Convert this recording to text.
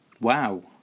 Wow